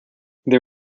they